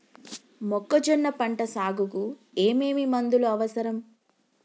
మొక్కజొన్న పంట సాగుకు ఏమేమి మందులు అవసరం?